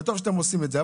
וטוב שאתם עושים את זה.